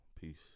Peace